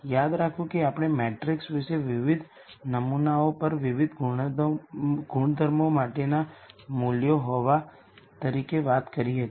યાદ રાખો કે આપણે મેટ્રિક્સ વિશે વિવિધ નમૂનાઓ પર વિવિધ ગુણધર્મો માટેના મૂલ્યો હોવા તરીકે વાત કરી હતી